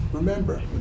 Remember